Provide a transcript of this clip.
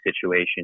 situation